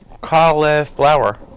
cauliflower